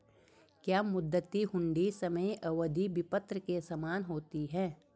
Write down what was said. क्या मुद्दती हुंडी समय अवधि विपत्र के समान होती है?